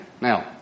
Now